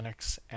linux